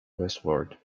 westward